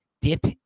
dip